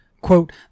Quote